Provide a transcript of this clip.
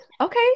Okay